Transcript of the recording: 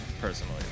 personally